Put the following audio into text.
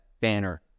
banner